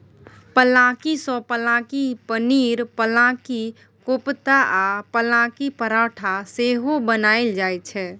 पलांकी सँ पलांकी पनीर, पलांकी कोपता आ पलांकी परौठा सेहो बनाएल जाइ छै